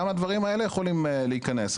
גם הדברים האלה יכולים להיכנס.